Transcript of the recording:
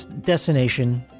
destination